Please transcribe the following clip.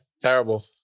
Terrible